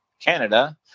Canada